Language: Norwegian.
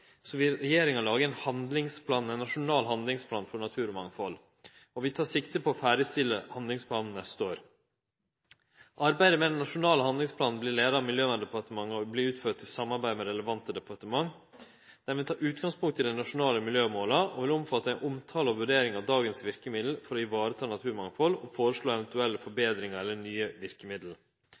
vil regjeringa lage ein nasjonal handlingsplan for naturmangfald. Vi tek sikte på å ferdigstille handlingsplanen neste år. Arbeidet med den nasjonale handlingsplanen vert leia av Miljøverndepartementet og vert utført i samarbeid med relevante departement, og vi tek utgangspunkt i dei nasjonale miljømåla. Dette vil omfatte ein omtale og ei vurdering av dagens verkemiddel for ivareta naturmangfald, og vi foreslår eventuelle forbetringar eller nye verkemiddel.